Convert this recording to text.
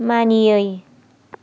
मानियै